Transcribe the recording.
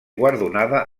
guardonada